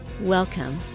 welcome